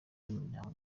ry’umuryango